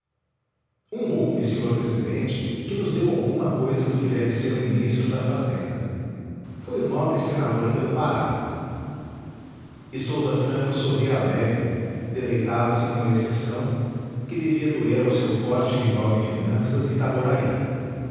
um houve sr presidente que nos deu alguma cousa do que deve ser um ministro da fazenda foi o nobre senador pelo pará e sousa franco sorria alegre deleitava-se com a exceção que devia doer ao seu forte rival em finanças itaboraí